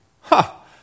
Ha